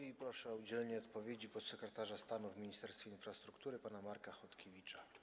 I proszę o udzielenie odpowiedzi podsekretarza stanu w Ministerstwie Infrastruktury pana Marka Chodkiewicza.